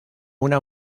una